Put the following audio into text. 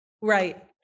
Right